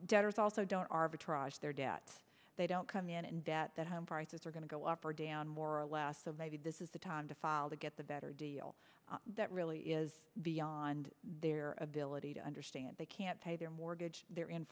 debts they don't come in and debt that home prices are going to go up or down more or less so maybe this is the time to file to get the better deal that really is beyond their ability to understand they can't pay their mortgage the